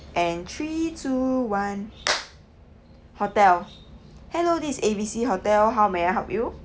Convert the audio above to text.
and three two one hotel hello this A B C hotel how may I help you